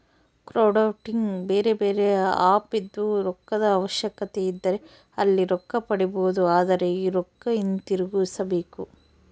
ಕ್ರೌಡ್ಫಂಡಿಗೆ ಬೇರೆಬೇರೆ ಆಪ್ ಇದ್ದು, ರೊಕ್ಕದ ಅವಶ್ಯಕತೆಯಿದ್ದರೆ ಅಲ್ಲಿ ರೊಕ್ಕ ಪಡಿಬೊದು, ಆದರೆ ಈ ರೊಕ್ಕ ಹಿಂತಿರುಗಿಸಬೇಕು